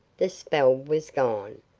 the spell was gone.